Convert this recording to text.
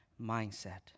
mindset